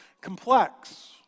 complex